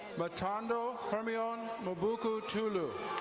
mutondo permian mubuku tulu.